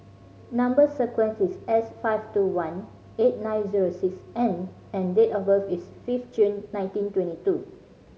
number sequence is S five two one eight nine zero six N and date of birth is fifth June nineteen twenty two